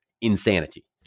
insanity